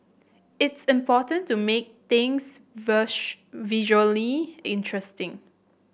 it's important to make things visually interesting